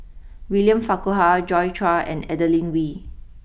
William Farquhar Joi Chua and Adeline Ooi